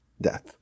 death